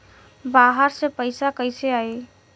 बाहर से पैसा कैसे आई?